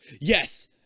Yes